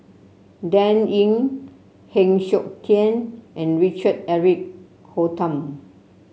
Dan Ying Heng Siok Tian and Richard Eric Holttum